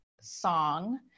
song